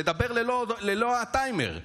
לדבר ללא הטיימר,